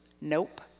Nope